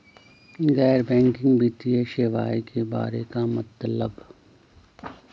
गैर बैंकिंग वित्तीय सेवाए के बारे का मतलब?